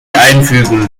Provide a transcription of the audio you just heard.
einfügen